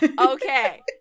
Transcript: okay